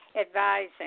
advising